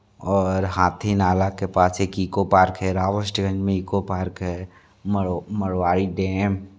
और हाँथी नाला के पास है एक ईको पार्क रवार्स्टगंज में इको पार्क है मरवाड़ी डैम